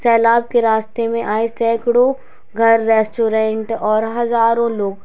सैलाब के रास्ते में आए सैंकड़ों घर रेस्टोरेंट और हज़ारों लोग